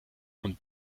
und